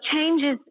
changes